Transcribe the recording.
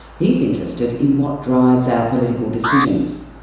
he's interested in what drives our political decisions.